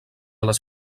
les